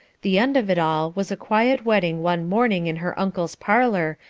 the end of it all was a quiet wedding one morning in her uncle's parlour,